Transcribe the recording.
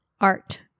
Art